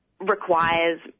requires